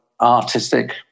artistic